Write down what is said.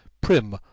prim